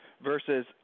versus